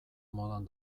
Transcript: modan